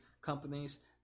companies